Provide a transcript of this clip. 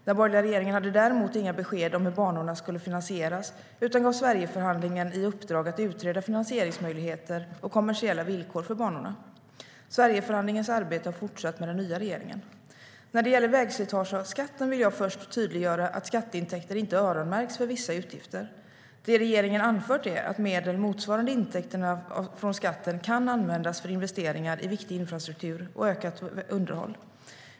Den borgerliga regeringen hade däremot inga besked om hur banorna skulle finansieras utan gav Sverigeförhandlingen i uppdrag att utreda finansieringsmöjligheter och kommersiella villkor för banorna. Sverigeförhandlingens arbete har fortsatt med den nya regeringen. När det gäller vägslitageskatten vill jag först tydliggöra att skatteintäkter inte öronmärks för vissa utgifter. Det regeringen har anfört är att medel motsvarande intäkterna från skatten kan användas för investeringar i viktig infrastruktur och ett ökat underhåll.